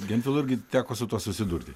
gentivilui irgi teko su tuo susidurti